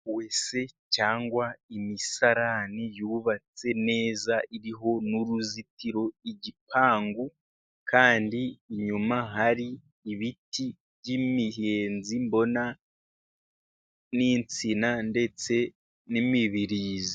Wese cyangwa imisarani yubatse neza, iriho n’uruzitiro, igipangu. Kandi inyuma, hari ibiti by’imiyenzi, mbona n’insina, ndetse n’imibirizi.